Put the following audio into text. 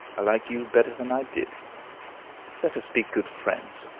i like you better than i did let us be good friends.